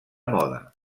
moda